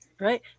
Right